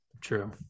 True